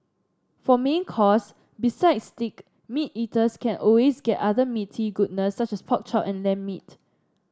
for main course besides steak meat eaters can always get other meaty goodness such as pork chop and lamb meat